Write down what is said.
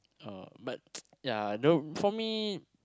uh but ya the for me